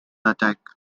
attack